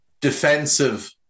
defensive